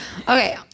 Okay